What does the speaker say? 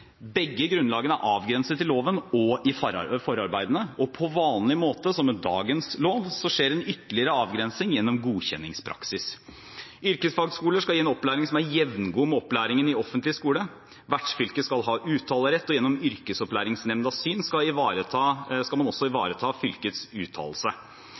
Begge grunnlagene er avgrenset i loven og i forarbeidene, og på vanlig måte, som i dagens lov, skjer en ytterligere avgrensning gjennom godkjenningspraksis. Yrkesfagskoler skal gi en opplæring som er jevngod med opplæringen i offentlig skole, vertsfylket skal ha uttalerett, og gjennom yrkesopplæringsnemndas syn skal man også ivareta fylkets uttalelse.